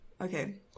Okay